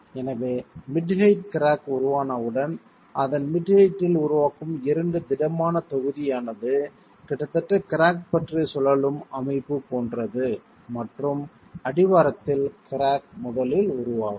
எனவே mid height crack உருவானவுடன் அதன் மிட் ஹெயிட்ல் உருவாகும் இரண்டு திடமான தொகுதி ஆனது கிட்டத்தட்ட கிராக் பற்றி சுழலும் அமைப்பு போன்றது மற்றும் அடிவாரத்தில் கிராக் முதலில் உருவாகும்